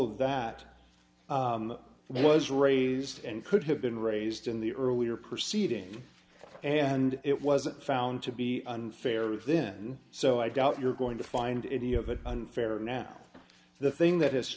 of that was raised and could have been raised in the earlier proceeding and it wasn't found to be unfair then so i doubt you're going to find it is unfair now the thing that has